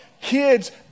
Kids